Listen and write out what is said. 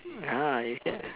ah you get